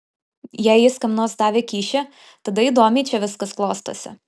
jei jis kam nors davė kyšį tada įdomiai čia viskas klostosi